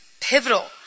pivotal